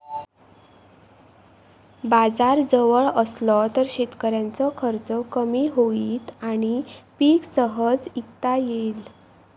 बाजार जवळ असलो तर शेतकऱ्याचो खर्च कमी होईत आणि पीक सहज इकता येईत